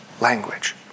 language